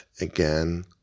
Again